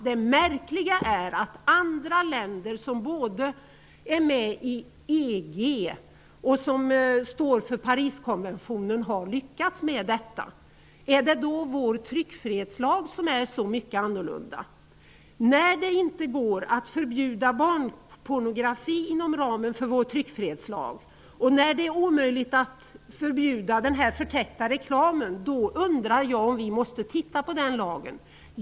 Det märkliga är att andra länder som både är med i EG och har anslutit sig till Pariskonventionen har lyckats med detta. Är det då vår tryckfrihetslag som är så annorlunda? När det inte går att förbjuda barnpornografi inom ramen för vår tryckfrihetslag och när det är omöjligt att förbjuda förtäckt reklam undrar jag om vi inte måste titta på den lagen.